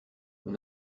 vous